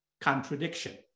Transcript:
contradiction